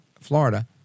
Florida